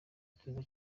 cyiza